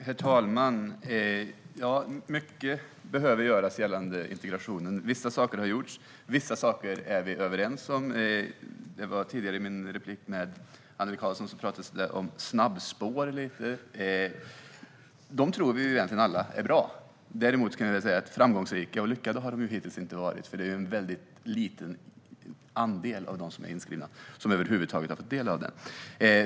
Herr talman! Mycket behöver göras gällande integrationen. Vissa saker har gjorts och vissa saker är vi överens om. I mitt tidigare replikskifte med Annelie Karlsson pratades det om snabbspåren. De tror vi egentligen alla är bra. Framgångsrika och lyckade har de hittills däremot inte varit, för det är en mycket liten andel av dem som är inskrivna som över huvud taget har fått ta del av dem.